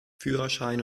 führerschein